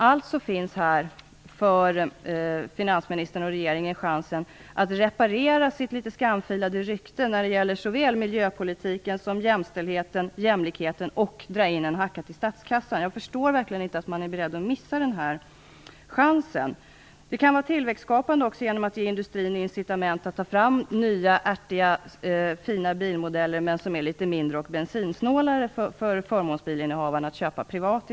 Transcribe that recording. Alltså finns här chansen för finansministern och regeringen att reparera sitt litet skamfilade rykte när det gäller miljöpolitiken, jämställdheten och jämlikheten. Man kan också dra in en hacka till statskassan. Jag förstår verkligen inte hur man kan vara beredd att missa den chansen. Detta kan var tillväxtskapande också genom att industrin får incitament att ta fram nya, fina, ärtiga bilmodeller som är litet mindre och bensinsnålare och som förmånsbilsinnehavarna i stället kan köpa privat.